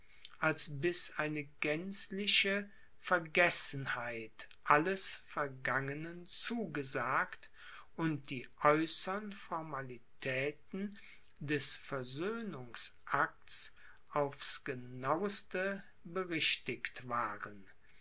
als bis eine gänzliche vergessenheit alles vergangenen zugesagt und die äußern formalitäten des versöhnungsakts aufs genaueste berichtigt waren